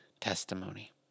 testimony